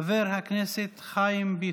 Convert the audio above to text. חבר הכנסת חיים ביטון,